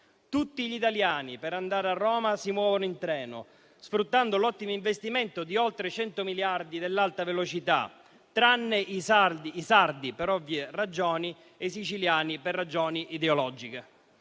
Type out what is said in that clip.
Tutti gli italiani per andare a Roma si muovono in treno, sfruttando l'ottimo investimento di oltre 100 miliardi dell'alta velocità, tranne i sardi per ovvie ragioni e i siciliani per ragioni ideologiche.